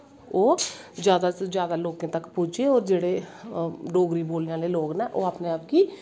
ओह् जादा तो जादा लोकें तक पुज्जे और जो डोगरी बोलनें आह्ॅले लोग नै ओह् अपने आप गी